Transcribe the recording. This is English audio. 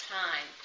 time